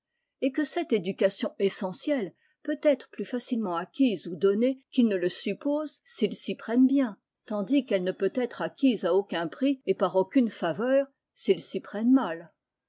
et que cette éducation essentielle peut être plus facilement acquise ou donnée qu'ils ne le supposent s'ils s'y prennent bien tandis qu'elle ne peut être acquise à aucun prix et par aucune faveur s'ils s'y prennent mal